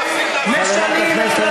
הכנסת,